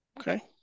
Okay